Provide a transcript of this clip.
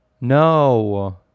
No